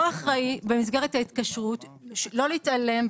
הוא אחראי, במסגרת ההתקשרות, לא להתעלם.